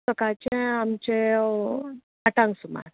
सकाळचें आमचें आठांक सुमार